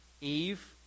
Eve